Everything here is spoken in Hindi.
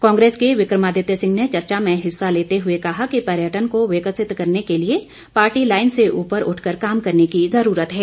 कांग्रेस के विकमादित्य सिंह ने चर्चा में हिस्सा लेते हुए कहा कि पर्यटन को विकसित करने के लिए पार्टी लाइन से उपर उठ कर काम करने की जरूरत है